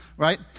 Right